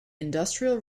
industrial